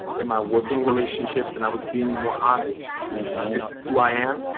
in my working relationships. and i was being more honest with who i am,